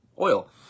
oil